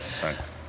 Thanks